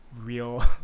real